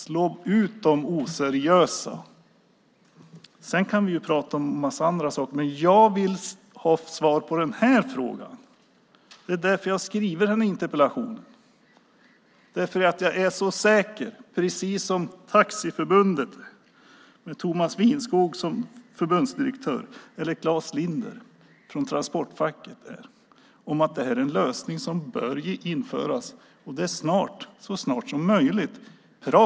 Slå ut de oseriösa! Det ber man alltså om. Vi kan också prata om en massa andra saker. Men jag vill ha svar på min fråga. Jag har skrivit interpellationen därför att jag, precis som Taxiförbundets förbundsdirektör Thomas Winskog eller som Transportfackets Clas Linder, är så säker på att det är fråga om en lösning, om något som så snart som möjligt bör införas.